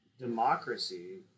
Democracy